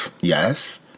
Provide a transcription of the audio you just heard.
Yes